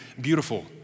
beautiful